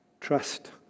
Trust